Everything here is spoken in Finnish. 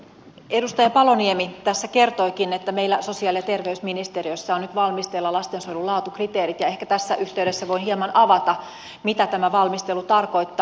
edustaja paloniemi tässä kertoikin että meillä sosiaali ja terveysministeriössä on nyt valmisteilla lastensuojelun laatukriteerit ja ehkä tässä yhteydessä voin hieman avata mitä tämä valmistelu tarkoittaa